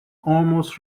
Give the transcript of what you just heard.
almost